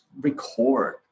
record